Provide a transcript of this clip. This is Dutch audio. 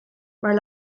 waar